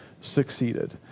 succeeded